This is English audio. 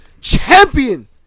champion